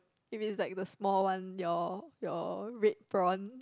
if is like the small one your your red prawn